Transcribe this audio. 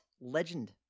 legend